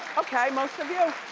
okay, most of you.